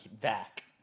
back